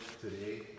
today